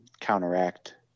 counteract